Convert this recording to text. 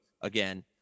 again